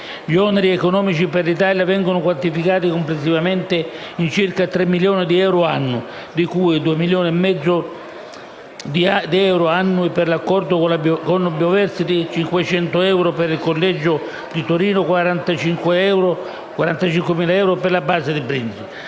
Gli oneri economici per l'Italia vengono quantificati complessivamente in circa 3 milioni di euro annui, di cui 2,5 milioni di euro annui per l'Accordo con Bioversity, 500.000 euro per il Collegio di Torino, e 45.000 euro per la base di Brindisi.